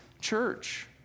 church